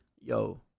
Yo